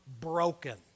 broken